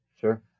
Sure